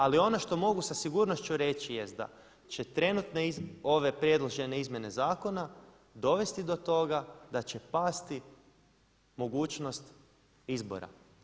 Ali ono što mogu sa sigurnošću reći jest da će trenutne ove predložene izmjene zakona dovesti do toga da će pasti mogućnost izbora.